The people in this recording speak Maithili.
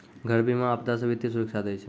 घर बीमा, आपदा से वित्तीय सुरक्षा दै छै